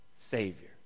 savior